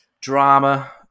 drama